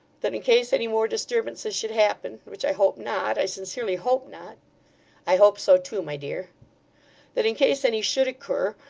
that in case any more disturbances should happen which i hope not i sincerely hope not i hope so too, my dear that in case any should occur,